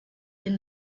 den